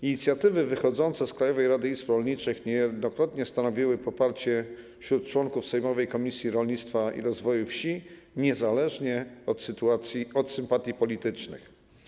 Inicjatywy wychodzące z Krajowej Rady Izb Rolniczych niejednokrotnie znajdowały poparcie wśród członków sejmowej Komisji Rolnictwa i Rozwoju Wsi niezależnie od sympatii politycznych.